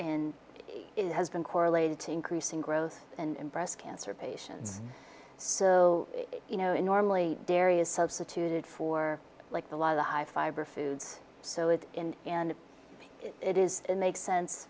in it has been correlated to increasing growth and breast cancer patients so you know normally dairy is substituted for like the lot of the high fiber foods so it in and it is it makes sense